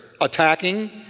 attacking